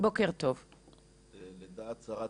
לדעת שרת